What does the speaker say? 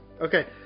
Okay